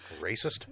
Racist